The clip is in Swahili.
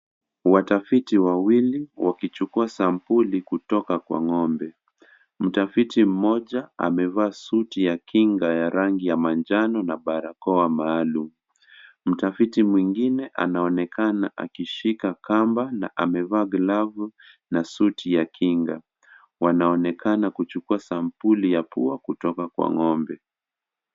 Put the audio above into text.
Watafiti wawili wakichukua sampuli kutoka kwa ng'ombe. Mtafiti mmoja amevaa suti ya kinga ya rangi ya manjano na barakoa maalum. Mtafiti mwingine anaonekana akishika kamba na amevaa glavu na suti ya kinga. Wanaonekana kuchukua sampuli ya pua kutoka kwa ng'ombe.